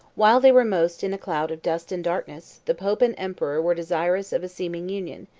while they were most in a cloud of dust and darkness, the pope and emperor were desirous of a seeming union,